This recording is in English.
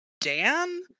Dan